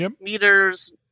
meters